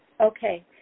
Okay